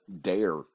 Dare